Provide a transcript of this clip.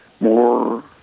more